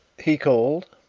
he called,